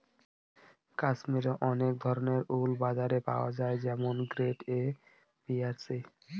কাশ্মিরে অনেক ধরনের উল বাজারে পাওয়া যায় যেমন গ্রেড এ, বি আর সি